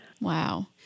Wow